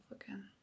again